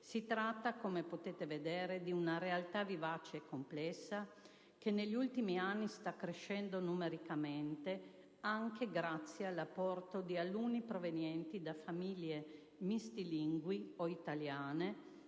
Si tratta, come potete vedere, di una realtà vivace e complessa che negli ultimi anni sta crescendo numericamente, anche grazie all'apporto di alunni provenienti da famiglie mistilingui o italiane